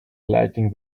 liking